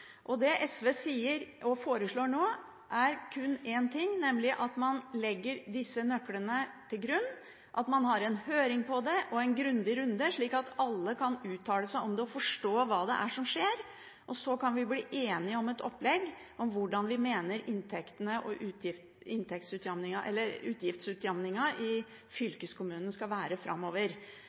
Det SV sier og foreslår nå, er kun én ting, nemlig at man legger disse nøklene til grunn og har en høring på det, en grundig runde, slik at alle kan uttale seg om det og forstå hva det er som skjer. Så kan vi bli enige om et opplegg for hvordan vi mener inntektene og utgiftsutjevningen i fylkeskommunene skal være framover.